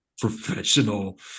professional